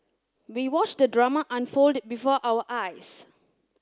we watched the drama unfold before our eyes